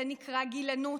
זה נקרא גילנות,